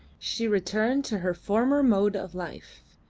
she returned to her former mode of life,